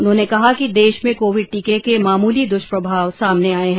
उन्होंने कहा कि देश में कोविड टीके के मामूली दुष्प्रभाव सामने आए हैं